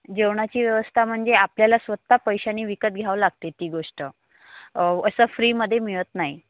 जेवणाची व्यवस्था म्हणजे आपल्याला स्वत पैशानी विकत घ्यावं लागते ती गोष्ट असं फ्रीमध्ये मिळत नाही